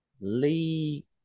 lee